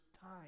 time